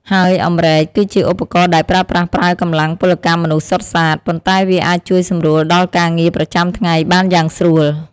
ហើយអម្រែក គឺជាឧបករណ៍ដែលប្រើប្រាស់ប្រើកម្លាំងពលកម្មមនុស្សសុទ្ធសាធ ប៉ុន្តែវាអាចជួយសម្រួលដល់ការងារប្រចាំថ្ងៃបានយ៉ាងស្រួល។